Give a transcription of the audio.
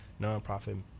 nonprofit